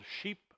sheep